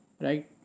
Right